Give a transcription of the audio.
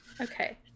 Okay